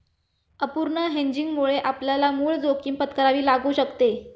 अपूर्ण हेजिंगमुळे आपल्याला मूळ जोखीम पत्करावी लागू शकते